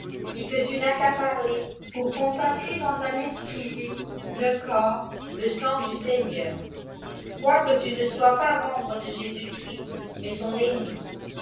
et que tu n'as qu'à parler pour consacrer dans la messe rivée le corps le sang du seigneur quoique tu ne sois pasmemre de jésus-christ mais son ennemi